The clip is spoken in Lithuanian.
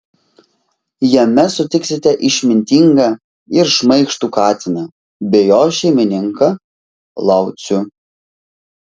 jame sutiksite išmintingą ir šmaikštų katiną bei jo šeimininką laucių